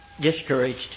Discouraged